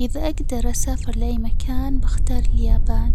إذا أجدر أسافر لأي مكان، بختار اليابان